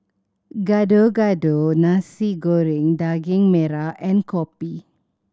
Gado Gado Nasi Goreng Daging Merah and kopi